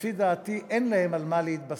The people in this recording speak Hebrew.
לפי דעתי אין להן על מה להתבסס.